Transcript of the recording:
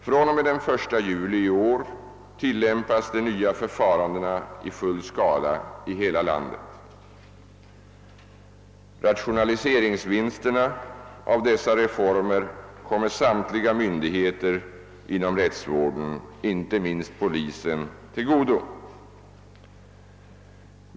fr.o.m. den 1 juli i år tillämpas de nya förfarandena i full skala i hela landet. Rationaliseringsvinsterna av dessa reformer kommer samtliga myndigheter inom rättsvården, inte minst polisen, till godo.